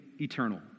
eternal